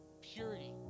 purity